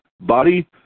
body